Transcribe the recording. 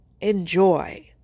Enjoy